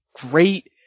great